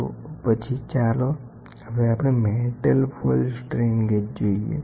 તો પછી ચાલો હવે આપણે મેટલ ફોઇલ સ્ટ્રેન ગેજ જોઈએ